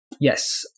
Yes